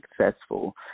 successful